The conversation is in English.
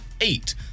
eight